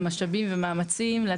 מאמצים ומשאבים,